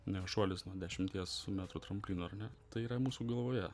na šuolis nuo dešimties metrų tramplino ar ne tai yra mūsų galvoje